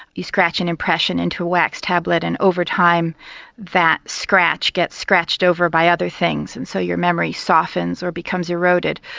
you scratch an impression into a wax tablet and over time that scratch gets scratched over by other things and so your memory softens or becomes eroded.